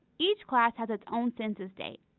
each class has its own census date.